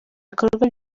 ibikorwa